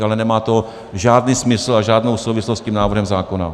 Ale nemá to žádný smysl a žádnou souvislost s tím návrhem zákona.